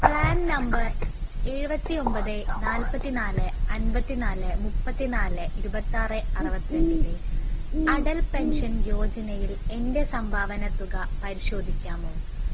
PRAN number എഴുപത്തിഒമ്പത് നാൽപ്പത്തിനാല് അമ്പത്തിനാല് മുപ്പത്തിനാല് ഇരുപത്താറ് അറുപത്തിരണ്ടിലെ അടൽ പെൻഷൻ യോജനയിൽ എൻ്റെ സംഭാവന തുക പരിശോധിക്കാമോ